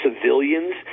civilians